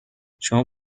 شما